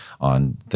on –